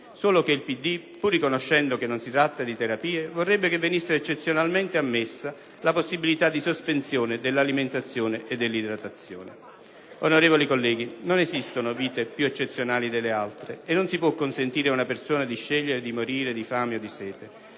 solo che il PD pur riconoscendo che non si tratta di terapie vorrebbe che venisse eccezionalmente ammessa la possibilità di sospensione dell'alimentazione e dell'idratazione. Onorevoli colleghi, non esistono vite più eccezionali delle altre e non si può consentire ad una persona di scegliere di morire di fame e di sete.